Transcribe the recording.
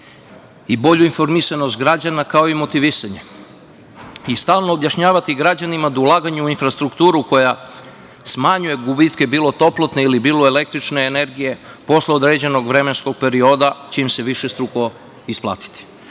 i bolju informisanost građana, kao i motivisanje, i stalno objašnjavati građanima da ulaganje u infrastrukturu koja smanjuje gubitke, bilo toplotne ili bilo električne energije, posle određenog vremenskog perioda će im se višestruko isplatiti. Ja